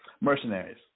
Mercenaries